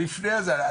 אני לפני הזה,